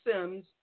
Sims